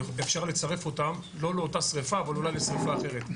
אפשר לצרף אותם לא לאותה שריפה אבל אולי לשריפה אחרת.